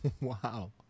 Wow